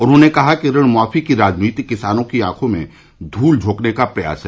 उन्होंने कहा कि ऋण माफी की राजनीति किसानों की आंखों में धूल झोंकने का प्रयास है